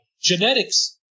genetics